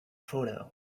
photo